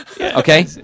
okay